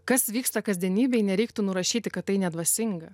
kas vyksta kasdienybėj nereiktų nurašyti kad tai nedvasinga